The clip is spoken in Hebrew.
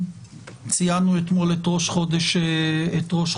ציינו אתמול את ראש חודש טבת,